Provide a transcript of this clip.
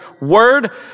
word